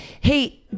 Hey